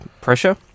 pressure